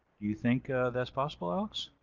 you think that's possible alex?